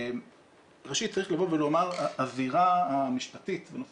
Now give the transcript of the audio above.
ראשית צריך לומר שהזירה המשפטית בנושא